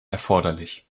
erforderlich